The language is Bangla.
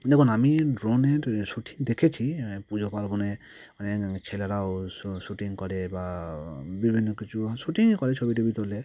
দেখুন আমি ড্রোনের শ্যুটিং দেখেছি পুজো পার্বণে অনেক ছেলেরাও শ্যু শ্যুটিং করে বা বিভিন্ন কিছু শ্যুটিংই করে ছবি টবি তোলে